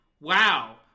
Wow